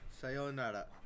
sayonara